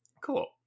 Cool